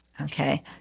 Okay